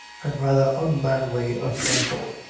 and rather unmanly a thrifle.